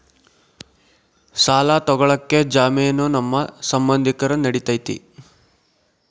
ಸಾಲ ತೊಗೋಳಕ್ಕೆ ಜಾಮೇನು ನಮ್ಮ ಸಂಬಂಧಿಕರು ನಡಿತೈತಿ?